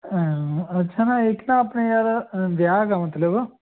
ਅੱਛਾ ਨਾ ਇੱਕ ਨਾ ਆਪਣੇ ਯਾਰ ਵਿਆਹ ਗਾ ਮਤਲਬ